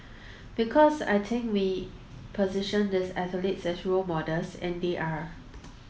because I think we position these athletes as role models and they are